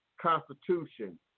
constitution